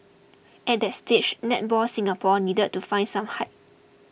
at that stage Netball Singapore needed to find some height